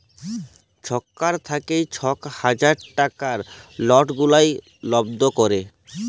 ছরকার থ্যাইকে ইক হাজার টাকার লট গুলা বল্ধ ক্যরে